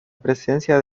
presencia